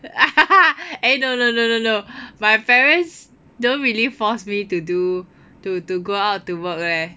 eh no no no no no my parents don't really force me to do to to go out to work leh